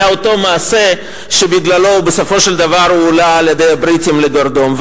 היה אותו מעשה שבגללו הוא בסופו של דבר הועלה על-ידי הבריטים לגרדום,